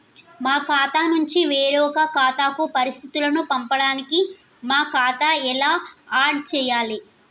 మా ఖాతా నుంచి వేరొక ఖాతాకు పరిస్థితులను పంపడానికి మా ఖాతా ఎలా ఆడ్ చేయాలి?